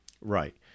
Right